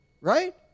right